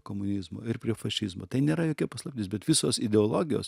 komunizmo ir prie fašizmo tai nėra jokia paslaptis bet visos ideologijos